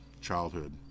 childhood